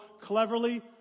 cleverly